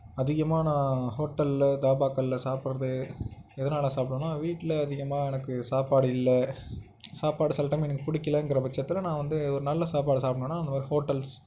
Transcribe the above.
அதிகமாக நான் ஹோட்டலில் தாபாக்களில் சாப்பிட்றது எதனால் சாப்பிட்றேன்னா வீட்டில் அதிகமாக எனக்கு சாப்பாடு இல்லை சாப்பாடு சில டைம் எனக்கு பிடிக்கலங்கற பட்சத்தில் நான் வந்து ஒரு நல்ல சாப்பாடு சாப்பிட்ணுன்னா இந்த மாதிரி ஹோட்டல்ஸ்